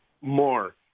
more